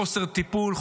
חוסר טיפול,